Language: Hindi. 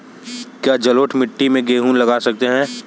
क्या जलोढ़ मिट्टी में गेहूँ लगा सकते हैं?